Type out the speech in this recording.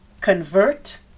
convert